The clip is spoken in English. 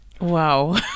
Wow